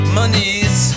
monies